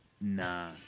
Nah